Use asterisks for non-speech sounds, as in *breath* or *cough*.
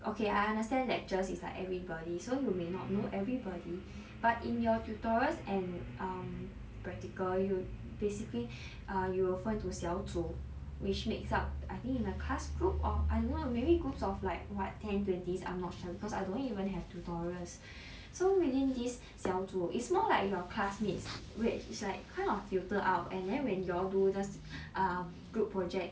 okay I understand lectures it's like everybody so you may not know everybody but in your tutorials and um practical you basically err you will 分 into 小组 which makes up I think in the class group or I don't know maybe group of like what tens twenties I'm not sure cause I don't even have tutorials *breath* so within this 小组 it's more like your classmates which is like kind of filtered out and then when you all do just err group project